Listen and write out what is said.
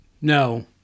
No